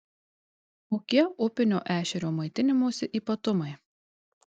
kokie upinio ešerio maitinimosi ypatumai